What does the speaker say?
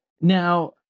now